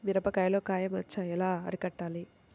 మిరపలో కాయ మచ్చ ఎలా అరికట్టాలి?